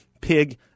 pig